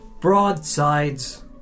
Broadsides